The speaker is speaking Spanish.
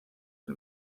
del